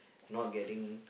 not getting